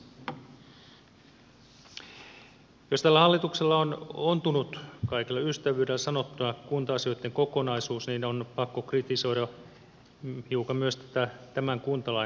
jos tällä hallituksella on ontunut kaikella ystävyydellä sanottuna kunta asioitten kokonaisuus niin on pakko kritisoida hiukan myös tämän kuntalain valmistelua